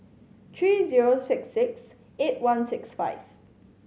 three zero six six eight one six five